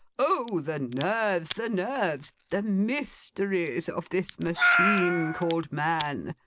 oh the nerves, the nerves the mysteries of this machine called man!